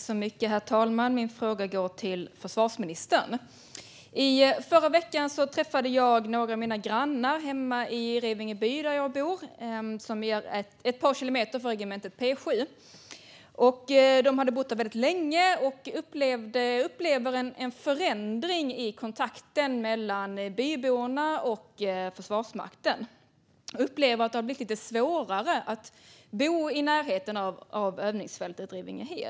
Herr talman! Min fråga går till försvarsministern. Förra veckan träffade jag några av mina grannar i Revingeby, där jag bor. Det är ett par kilometer från regementet P 7. De har bott där väldigt länge och upplever en förändring i kontakten mellan byborna och Försvarsmakten. De upplever att det har blivit lite svårare att bo i närheten av övningsfältet Revingehed.